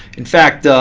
in fact,